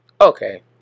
Okay